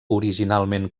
originalment